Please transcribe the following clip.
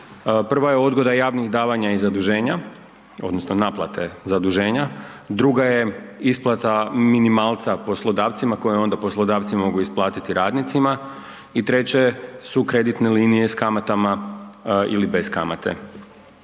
Prva je odgoda javnih davanja i zaduženja odnosno naplate zaduženja. Druga je isplata minimalca poslodavcima koje onda poslodavci mogu isplatiti radnicima. I treća je, su kreditne linije s kamatama ili bez kamate.